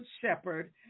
shepherd